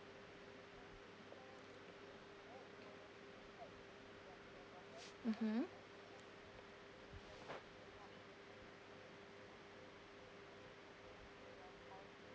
mmhmm